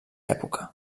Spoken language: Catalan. època